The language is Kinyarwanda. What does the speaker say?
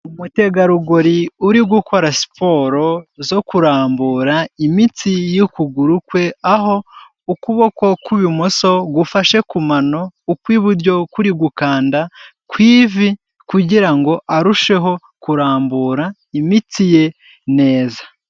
Umutegarugori uri gukora siporo zo kurambura imitsi y'ukuguru kwe, aho ukuboko kw'ibumoso gufashe ku mano, ukw'iburyo kuri gukanda ku ivi kugira ngo arusheho kurambura imitsi ye neza.